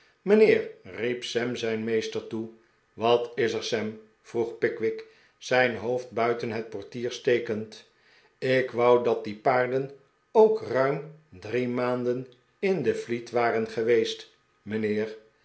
mijnheer riep sam zijn meester toe wat is er sam vroeg pickwick zijn hoofd buiten het portier stekend ik wou dat die paarden ook ruim drie maanden in de fleet waren geweest mijnheer